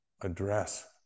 address